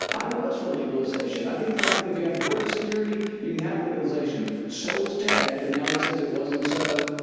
i was for legalization. i think, frankly, if you have border security, you can have legalization. so was ted, but now he says it wasn't so.